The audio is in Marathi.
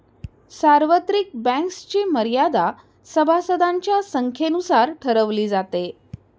सार्वत्रिक बँक्सची मर्यादा सभासदांच्या संख्येनुसार ठरवली जाते